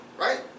right